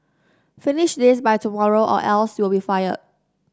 finish this by tomorrow or else you'll be fired